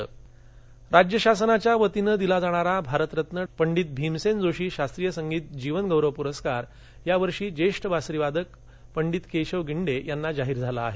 परस्कार राज्य शासनातर्फे दिला जाणारा भारतरत्न पंडित भीमसेन जोशी शास्त्रीय संगीत जीवनगौरव पुरस्कार यावर्षी ज्येष्ठ बासरीवादक पंडित केशव गिंडे यांना जाहीर झाला आहे